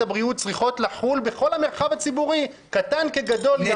הבריאות צריכות לחול בכל המרחב הציבורי קטן כגדול,